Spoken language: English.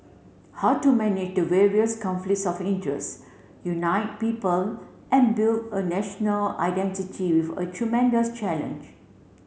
how to manage the various conflicts of interest unite people and build a national identity with a tremendous challenge